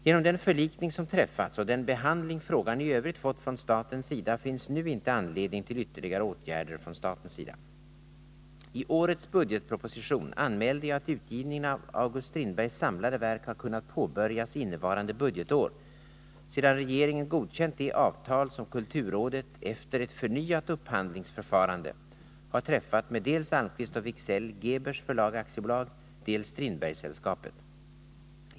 Genom den förlikning som träffats och den behandling frågan i övrigt fått från statens sida finns nu inte anledning till ytterligare åtgärder från statens sida. I årets budgetproposition anmälde jag att utgivningen av August Strindbergs samlade verk har kunnat påbörjas innevarande budgetår sedan regeringen godkänt de avtal som kulturrådet efter ett förnyat upphandlingsförfarande har träffat med dels Almqvist & Wiksell/Gebers Förlag AB, dels Strindbergssällskapet.